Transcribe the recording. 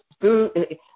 food –